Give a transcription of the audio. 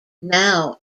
now